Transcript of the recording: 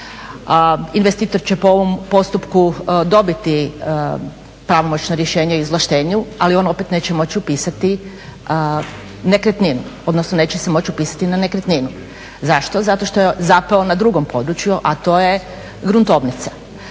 investitor će po ovom postupku dobiti pravomoćno rješenje o izvlaštenju ali ono opet neće moći upisati nekretninu, odnosno neće se moći upisati na nekretninu. Zašto? Zato što je zapeo na drugom području, a to je gruntovnica.